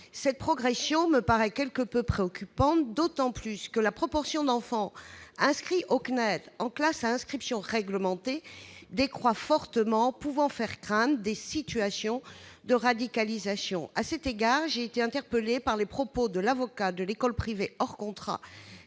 Cette progression me paraît quelque peu préoccupante, d'autant que la proportion d'enfants inscrits au CNED en classe à inscription réglementée décroît fortement, pouvant faire craindre des situations de radicalisation. À cet égard, j'ai été interpellée par les propos de l'avocat de l'école privée hors contrat